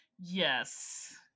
Yes